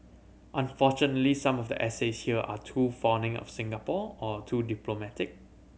unfortunately some of the essays here are too fawning of Singapore or too diplomatic